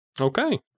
Okay